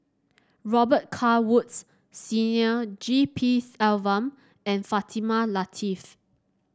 Robet Carr Woods Senior G P Selvam and Fatimah Lateef